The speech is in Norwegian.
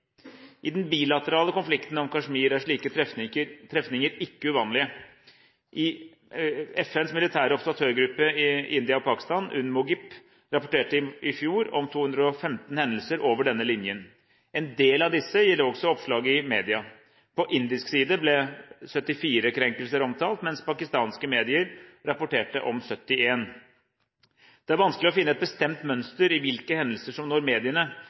I den bilaterale konflikten om Kashmir er slike trefninger ikke uvanlig. FNs militære observatørgruppe i India og Pakistan, UNMOGIP, rapporterte i fjor om 215 hendelser over denne linjen. En del av disse gir også oppslag i media. På indisk side ble 74 krenkelser omtalt, mens pakistanske medier rapporterte om 71. Det er vanskelig å finne et bestemt mønster i hvilke hendelser som når mediene.